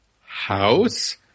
house